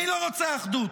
מי לא רוצה אחדות?